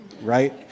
Right